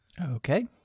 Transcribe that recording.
Okay